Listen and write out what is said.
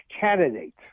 candidate